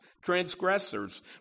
Transgressors